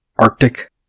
Arctic